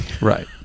Right